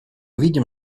видим